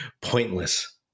pointless